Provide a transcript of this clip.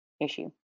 issue